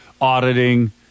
auditing